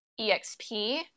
EXP